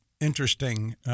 interesting